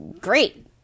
great